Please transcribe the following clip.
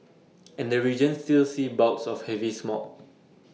and the region still sees bouts of heavy smog